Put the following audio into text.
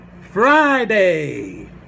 Friday